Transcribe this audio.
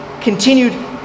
continued